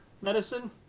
medicine